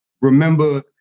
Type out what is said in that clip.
remember